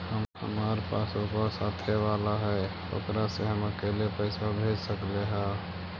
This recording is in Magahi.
हमार पासबुकवा साथे वाला है ओकरा से हम अकेले पैसावा भेज सकलेहा?